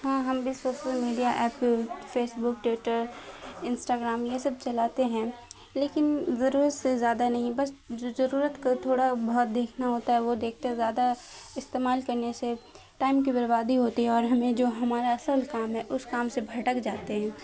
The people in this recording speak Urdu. ہاں ہم بھی social media app Facebook Twitter Instagram یہ سب چلاتے ہیں لیکن ضرورت سے زیادہ نہیں بس جو ضرورت کا تھوڑا بہت دیکھنا ہوتا ہے وہ دیکھتے ہیں زیادہ استعمال کرنے سے ٹائم کی بربادی ہوتی ہے اور ہمیں جو ہمارا اصل کام ہے اس کام سے بھٹک جاتے ہیں